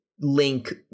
link